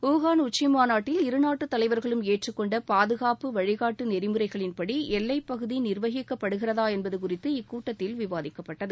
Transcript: உகாள் உச்சிமாநாட்டில் இருநாட்டு தலைவர்களும் ஏற்றுக்கொண்ட பாதுகாப்பு வழிகாட்டு நெறிமுறைகளின்படி எல்லைப்பகுதி நிர்வகிக்கப்படுகிறதா என்பது குறித்து இக்கூட்டத்தில் விவாதிக்கப்பட்டது